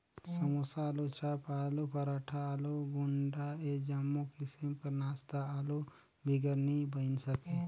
समोसा, आलूचाप, आलू पराठा, आलू गुंडा ए जम्मो किसिम कर नास्ता आलू बिगर नी बइन सके